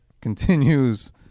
continues